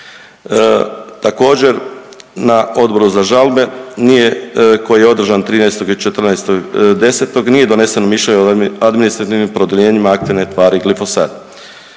Također, na Odboru za žalbe nije, koji je održan 13. i 14. 10. nije doneseno mišljenje o administrativnim produljenima aktivne tvari glifosat.